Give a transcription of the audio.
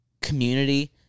community